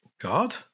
God